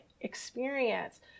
experience